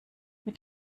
mit